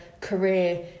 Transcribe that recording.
career